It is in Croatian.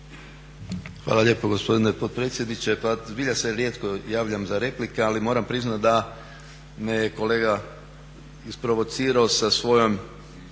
Hvala lijepo gospodine potpredsjedniče. Pa zbilja se rijetko javljam za replike ali moram priznati da me je kolega isprovocirao sa svojom